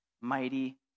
mighty